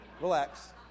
Relax